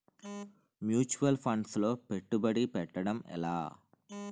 Mutual funds లో పెట్టుబడి పెట్టడం ఎలా?